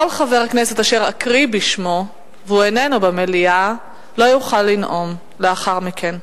כל חבר כנסת אשר אקרא בשמו והוא איננו במליאה לא יוכל לנאום לאחר מכן.